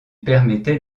permettait